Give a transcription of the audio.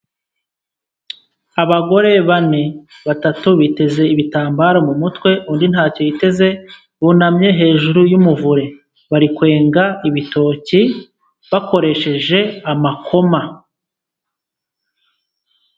Abagore bane, batatu biteze ibitambaro mu mutwe , undi nta cyo yiteze , bunamye hejuru y'umuvure , bari kwenga ibitoki bakoresheje amakoma.